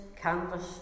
canvas